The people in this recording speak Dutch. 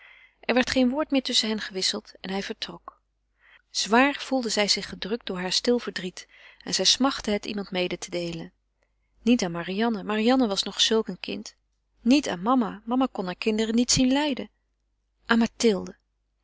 er werd geen woord meer tusschen hen gewisseld en hij vertrok zwaar voelde zij zich gedrukt door haar stil verdriet en zij smachtte het iemand mede te deelen niet aan marianne marianne was nog zulk een kind niet aan mama mama kon hare kinderen niet zien lijden